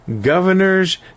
governors